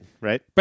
right